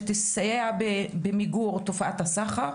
שתסייע במיגור תופעת הסחר,